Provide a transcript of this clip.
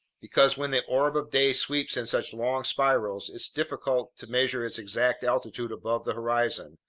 because when the orb of day sweeps in such long spirals, it's difficult to measure its exact altitude above the horizon,